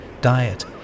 diet